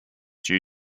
due